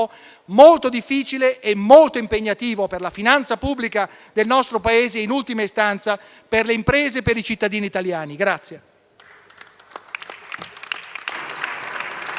molto difficile e molto impegnativo per la finanza pubblica del nostro Paese e in ultima istanza per le imprese e per i cittadini italiani.